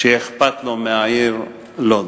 שיהיה אכפת לו מהעיר לוד.